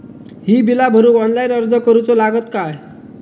ही बीला भरूक ऑनलाइन अर्ज करूचो लागत काय?